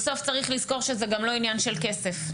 בסוף צריך לזכור שזה גם לא עניין של כסף.